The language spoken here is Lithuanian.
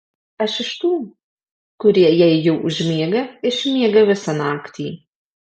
aš iš tų kurie jei jau užmiega išmiega visą naktį